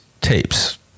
tapes